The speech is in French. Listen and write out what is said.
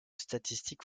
statistique